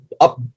up